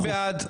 מי בעד?